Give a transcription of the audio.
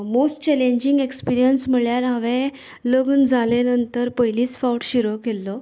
most challenging experience म्हळ्यार हांवे लग्न जाले नंतर पयलीच फावट शिरो केल्लो